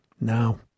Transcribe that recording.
Now